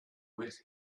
with